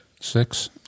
Six